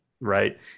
right